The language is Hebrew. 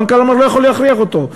המנכ"ל אמר: לא יכול להכריח אותו.